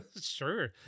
Sure